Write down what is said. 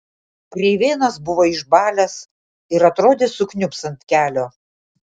kreivėnas buvo išbalęs ir atrodė sukniubs ant kelio